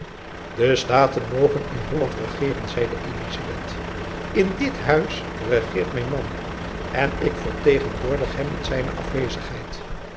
de staten mogen in holland regeeren zeide elizabeth in dit huis regeert mijn man en ik vertegenwoordig hem in zijne afwezigheid